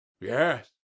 Yes